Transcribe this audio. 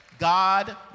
God